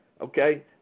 Okay